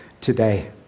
today